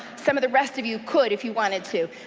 some of the rest of you could if you wanted to,